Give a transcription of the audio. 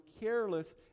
careless